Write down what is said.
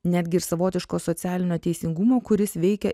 netgi ir savotiško socialinio teisingumo kuris veikia